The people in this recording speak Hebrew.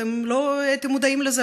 אתם לא הייתם מודעים לזה?